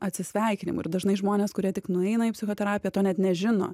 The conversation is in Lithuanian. atsisveikinimui ir dažnai žmonės kurie tik nueina į psichoterapiją to net nežino